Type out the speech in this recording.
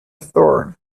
thorn